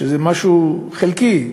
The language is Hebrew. שזה משהו חלקי,